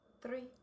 three